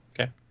Okay